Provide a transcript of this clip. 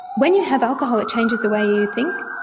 when you have alcohol it changes the way you think,